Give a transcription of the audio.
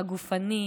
הגופני,